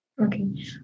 Okay